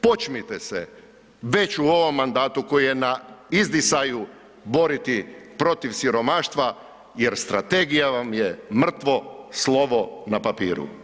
Počnite se već u ovom mandatu koji je na izdisaju boriti protiv siromaštva jer strategija vam je mrtvo slovo na papiru.